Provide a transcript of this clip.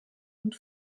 und